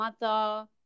mother